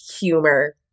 humor